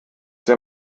der